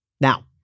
Now